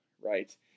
right